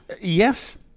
yes